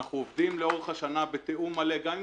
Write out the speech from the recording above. אנחנו עובדים לאורך השנה בתיאום מלא גם עם